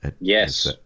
Yes